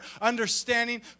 understanding